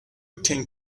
can